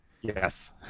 Yes